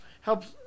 helps